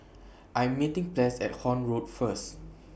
I Am meeting Ples At Horne Road First